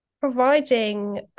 providing